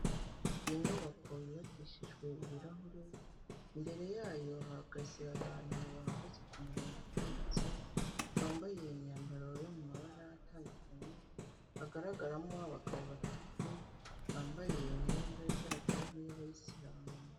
Iyi nyubako yubakishijwe ibirahuri, imbere yayo hahagaze abantu bahagaze ku murongo utambitse bambaye imyambaro yo mu mabara atandukanye, hagaragaramo abagabo batatu bambaye imyenda igaragara nk'iy'abayisiramu.